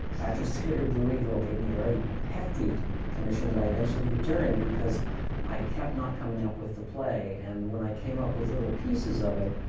actors theatre of louisville gave me a very hefty commission that i eventually returned, because i kept not coming up with the play. and when i came up with little pieces of it,